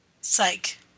psych